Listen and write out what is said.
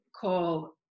call